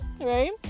right